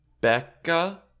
Becca